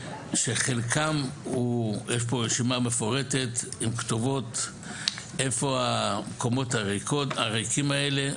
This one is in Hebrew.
שחלקם יש פה רשימה מפורטת עם כתובות איפה הקומות הריקים האלה,